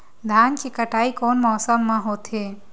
धान के कटाई कोन मौसम मा होथे?